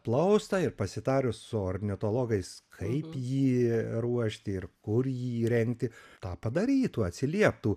plaustą ir pasitarus su ornitologais kaip jį ruošti ir kur jį įrengti tą padarytų atsilieptų